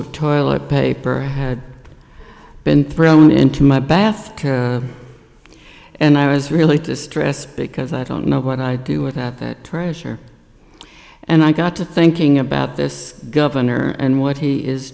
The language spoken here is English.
of toilet paper had been thrown into my bath and i was really distressed because i don't know what i do with that treasure and i got to thinking about this governor and what he is